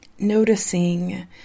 Noticing